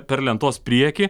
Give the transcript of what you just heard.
per lentos priekį